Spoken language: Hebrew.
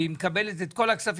שמקבלת את כל הכספים,